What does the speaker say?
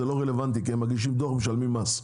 זה לא רלוונטי כי הם מגישים דוח ומשלמים מס.